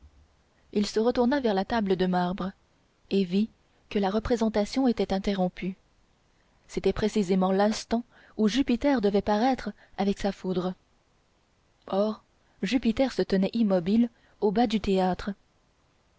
il se retourna vers la table de marbre et vit que la représentation était interrompue c'était précisément l'instant où jupiter devait paraître avec sa foudre or jupiter se tenait immobile au bas du théâtre